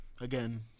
Again